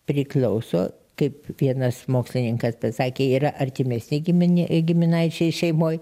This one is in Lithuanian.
priklauso kaip vienas mokslininkas sakė yra artimesni giminė giminaičiai šeimoj